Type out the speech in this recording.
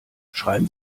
schreiben